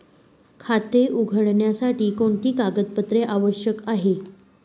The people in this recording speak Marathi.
खाते उघडण्यासाठी कोणती कागदपत्रे आवश्यक आहे?